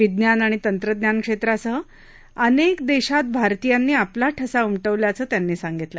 विज्ञान आणि तंत्रज्ञान क्षेत्रासह अनेक देशात भारतीयांनी आपला ठसा उमटवल्याचं त्यांनी सांगितलं